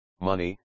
money